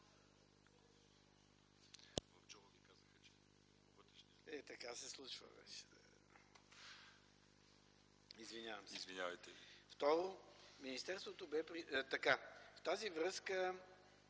В тази връзка